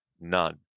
none